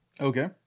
Okay